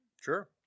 Sure